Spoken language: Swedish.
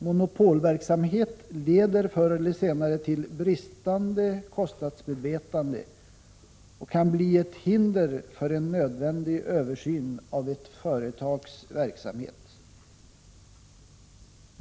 Monopolverksamhet leder förr eller senare till bristande kostnadsmedvetande och kan bli ett hinder för en nödvändig översyn av ett företags verksamhet.